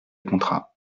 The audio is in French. contrats